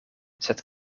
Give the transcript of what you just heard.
sed